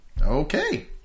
Okay